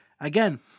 Again